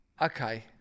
Okay